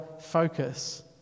focus